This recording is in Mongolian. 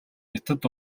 хятад